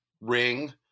ring